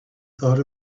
thought